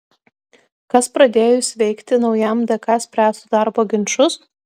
kas pradėjus veikti naujam dk spręstų darbo ginčus